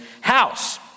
house